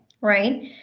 right